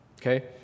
okay